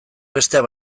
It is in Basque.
besteak